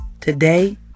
Today